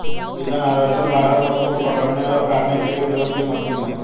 chicken harvester broiler मुर्गों को पकड़ने और काटने के लिए प्रयुक्त एक मशीन है